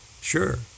sure